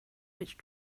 which